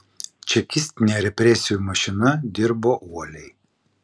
čekistinė represijų mašina dirbo uoliai